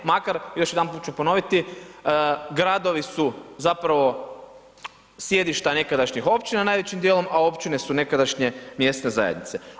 Makar, još jedanput ću ponoviti gradovi su zapravo sjedišta nekadašnjih općina najvećim dijelom, a općine su nekadašnje mjesne zajednice.